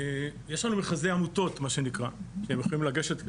יש לנו מכרזי עמותות, שהם יכולים לגשת.